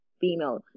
female